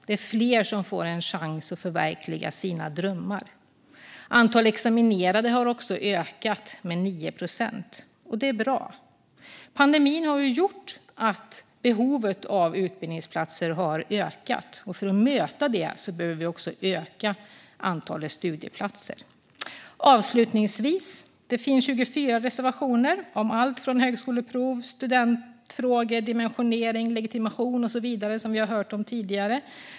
Det är fler som får en chans att förverkliga sina drömmar. Antalet examinerade har också ökat med 9 procent, och det är bra. Pandemin har gjort att behovet av utbildningsplatser har ökat, och för att möta behovet behöver vi öka antalet studieplatser. Avslutningsvis: Det finns 24 reservationer om allt från högskoleprov, studentfrågor, dimensionering, legitimation och så vidare, som vi har hört om tidigare.